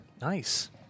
Nice